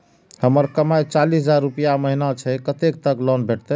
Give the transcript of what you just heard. हमर कमाय चालीस हजार रूपया महिना छै कतैक तक लोन भेटते?